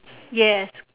yes